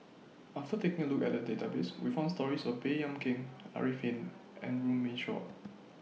after taking A Look At The Database We found stories about Baey Yam Keng Arifin and Runme Shaw